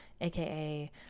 aka